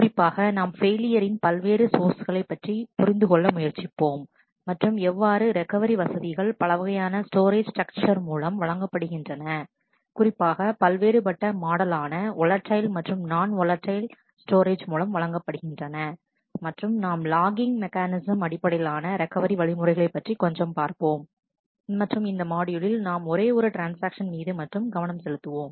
குறிப்பாக நாம் ஃபெயிலியரின் பல்வேறு சோர்ஸ்களை பற்றி புரிந்துகொள்ள முயற்சிப்போம் மற்றும் எவ்வாறு ரெக்கவரி வசதிகள் பலவகையான ஸ்டோரேஜ் ஸ்டரக்சர் மூலம் வழங்கப்படுகின்றன குறிப்பாக பல்வேறுபட்ட மாடலான ஓலடைல் மற்றும் நான் ஓலடைல் ஸ்டோரேஜ் மூலம் வழங்கப்படுகின்றன மற்றும் நாம் லாகிங் மெக்கானிசம் அடிப்படையிலான ரெக்கவரி வழிமுறைகள் பற்றி கொஞ்சம் பார்ப்போம் மற்றும் இந்த மாட்யூலில் நாம் ஒரே ஒரு ட்ரான்ஸ்ஆக்ஷன் மீது மட்டும் கவனம் செலுத்துவோம்